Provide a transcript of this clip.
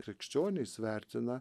krikščionys vertina